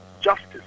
justice